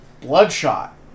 Bloodshot